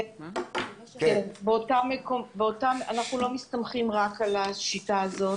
אנחנו לא מסתמכים רק על השיטה הזאת.